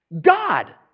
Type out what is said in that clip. God